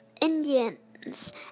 Indians